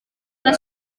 anar